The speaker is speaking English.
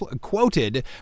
quoted